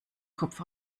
kopf